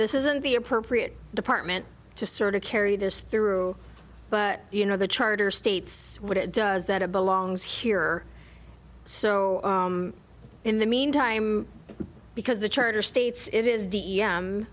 this isn't the appropriate department to sort of carry this through but you know the charter states what it does that it belongs here so in the meantime because the charter states it is